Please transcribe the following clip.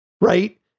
Right